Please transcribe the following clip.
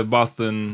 Boston